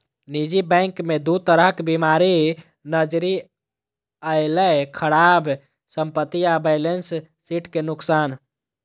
निजी बैंक मे दू तरह बीमारी नजरि अयलै, खराब संपत्ति आ बैलेंस शीट के नुकसान